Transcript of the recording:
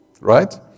right